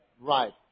Right